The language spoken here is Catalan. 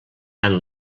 tant